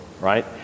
right